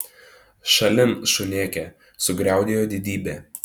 šalin šunėke sugriaudėjo didybė